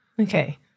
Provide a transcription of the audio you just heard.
Okay